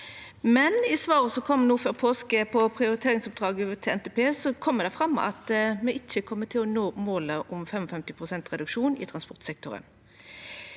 Men i svaret som kom no før påske, på prioriteringsoppdraget til NTP, kom det fram at me ikkje kjem til å nå målet om 55 pst. reduksjon i transportsektoren.